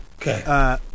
Okay